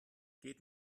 geht